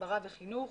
הסברה וחינוך.